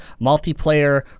multiplayer